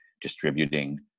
distributing